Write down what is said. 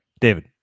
David